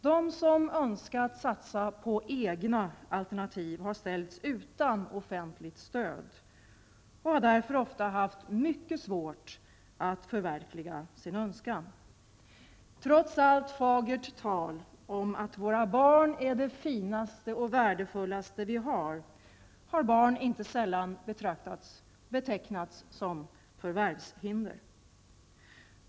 De som önskat satsa på egna alternativ har ställts utan offentligt stöd och har därför ofta haft mycket svårt att förverkliga sin önskan. Trots allt fagert tal om att våra barn är det finaste och värdefullaste vi har, har barn inte sällan betecknats som ''förvärvshinder''.